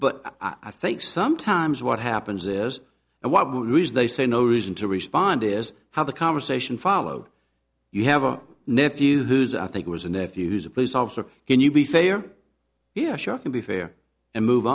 but i think sometimes what happens is and what they say no reason to respond is how the conversation followed you have a nephew who's i think it was a nephew who's a police officer can you be fair yeah sure to be fair and move